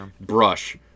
brush